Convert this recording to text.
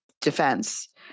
defense